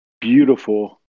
beautiful